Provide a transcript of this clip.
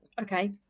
okay